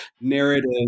narrative